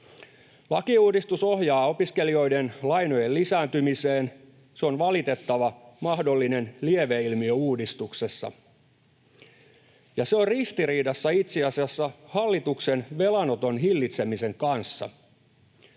Lakiuudistus ohjaa opiskelijoiden lainojen lisääntymiseen. Se on valitettava, mahdollinen lieveilmiö uudistuksessa, ja se on ristiriidassa itse asiassa hallituksen velanoton hillitsemisen kanssa.